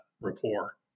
rapport